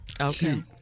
Okay